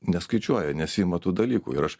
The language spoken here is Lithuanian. neskaičiuoja nesiima tų dalykų ir aš